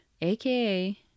aka